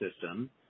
system